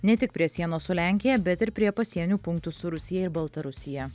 ne tik prie sienos su lenkija bet ir prie pasienių punktų su rusija ir baltarusija